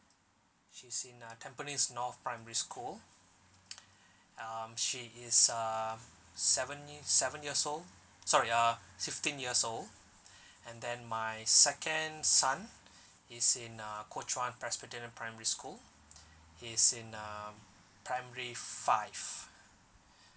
she's in uh tampines north primary school um she is uh seven ye~ seven years old sorry uh fifteen years old and then my second son is in uh kuo chuan presbyterian primary school he's in um primary five